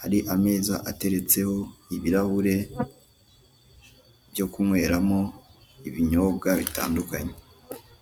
hari ameza ateretseho ibirahure byo kunyweramo ibinyobwa bitandukanye.